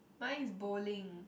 mine is bowling